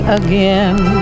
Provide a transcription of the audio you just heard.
again